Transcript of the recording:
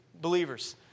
believers